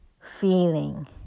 feeling